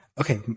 Okay